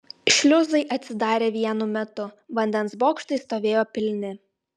šliuzai atsidarė vienu metu vandens bokštai stovėjo pilni